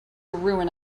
ruin